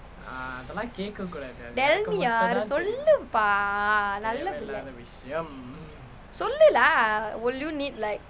tell me ya சொல்லுப்பா நல்ல பிள்ளை சொல்லு:solluppaa nalla pillai sollu lah will you need like